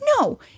No